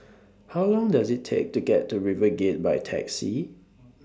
How Long Does IT Take to get to RiverGate By Taxi